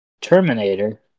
Terminator